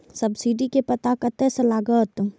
Subsidy के पता कतय से लागत?